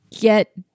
get